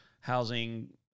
Housing